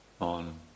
on